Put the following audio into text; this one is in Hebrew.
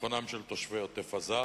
וביטחונם של תושבי עוטף-עזה.